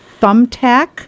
Thumbtack